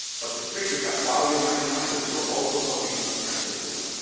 but the trick is that while you're learning a language you're also helping us to translate the web.